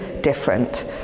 different